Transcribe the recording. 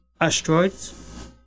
asteroids